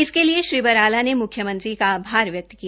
इसके लिए श्री बराला ने म्ख्यमंत्री का आभार भी व्यक्त किया